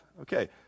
Okay